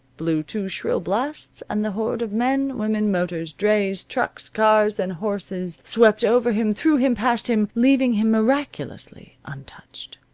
blew two shrill blasts, and the horde of men, women, motors, drays, trucks, cars, and horses swept over him, through him, past him, leaving him miraculously untouched.